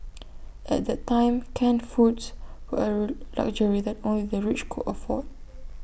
at that time canned foods were A luxury that only the rich could afford